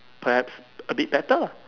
perhaps a bit better